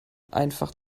einfach